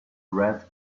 red